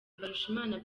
mbarushimana